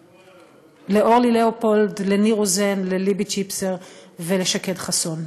אורלי לאופולד, ניר רוזן, ליבי ציפסר ושקד חסון.